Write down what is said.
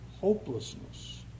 hopelessness